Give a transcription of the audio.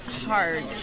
hard